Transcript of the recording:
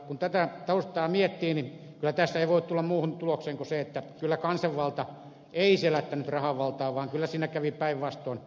kun tätä taustaa miettii tässä ei kyllä voi tulla muuhun tulokseen kuin siihen että kansanvalta ei kyllä selättänyt rahavaltaa vaan kyllä siinä kävi päinvastoin